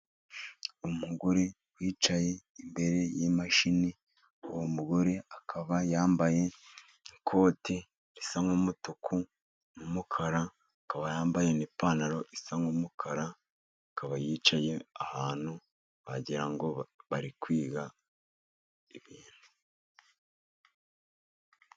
Umugore wicaye imbere y'imashini. Uwo mugore akaba yambaye ikoti risa nk'umutuku n'umukara . Akaba yambaye n'ipantaro isa nk'umukara. Akaba yicaye ahantu wagira ngo bari kwiga ibintu.